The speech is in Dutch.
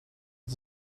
dat